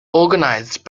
organized